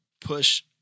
push